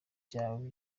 byawe